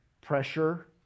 pressure